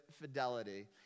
fidelity